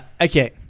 Okay